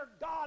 God